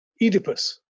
oedipus